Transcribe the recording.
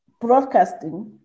broadcasting